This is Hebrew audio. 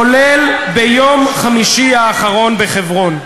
כולל ביום חמישי האחרון בחברון.